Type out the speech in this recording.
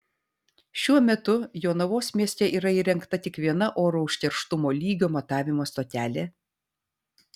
šiuo metu jonavos mieste yra įrengta tik viena oro užterštumo lygio matavimo stotelė